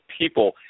people